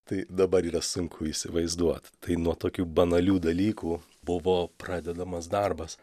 tai dabar yra sunku įsivaizduot tai nuo tokių banalių dalykų buvo pradedamas darbas